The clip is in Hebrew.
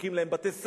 שהקים להם בית-ספר,